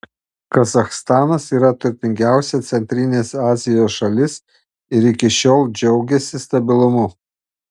kazachstanas yra turtingiausia centrinės azijos šalis ir iki šiol džiaugėsi stabilumu